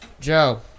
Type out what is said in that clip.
Joe